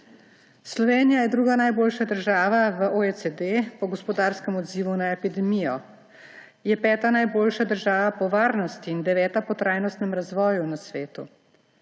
Slovenija je druga najboljša država v OECD po gospodarskem odzivu na epidemijo, je peta najboljša država po varnosti in deveta po trajnostnem razvoju na svetu.